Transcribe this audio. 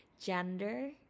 gender